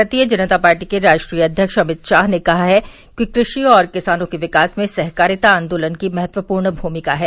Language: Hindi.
भारतीय जनता पार्टी के राष्ट्रीय अध्यक्ष अमित शाह ने कहा है कि कृषि और किसानों के विकास में सहकारिता आन्दोलन की महत्वपूर्ण भूमिका है